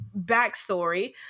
backstory